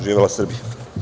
Živela Srbija!